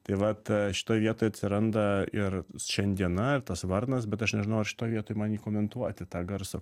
tai vat šitoj vietoj atsiranda ir šiandiena ir tas varnas bet aš nežinau ar šitoj vietoj man jį komentuoti tą garso